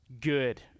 good